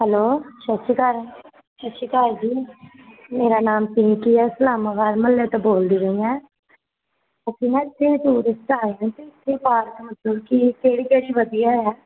hello ਸਤਿ ਸ਼੍ਰੀ ਅਕਾਲ ਸਤਿ ਸ਼੍ਰੀ ਅਕਾਲ ਜੀ ਮੇਰਾ ਨਾਮ ਪਿੰਕੀ ਹੈ ਇਸਲਾਮਾਬਾਦ ਮੁਹੱਲੇ ਤੋਂ ਬੋਲਦੀ ਪਈ ਹਾਂ ਅਸੀਂ ਨਾ ਇੱਥੇ ਟੂਰਿਸਟ ਆਏ ਹੋਏ ਸੀ ਇੱਥੇ ਪਾਰਕ ਮਤਲਬ ਕਿ ਕਿਹੜੀ ਕਿਹੜੀ ਵਧੀਆ ਹੈ